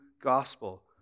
gospel